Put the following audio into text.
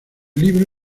libro